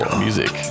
music